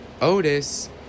otis